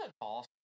awesome